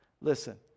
Listen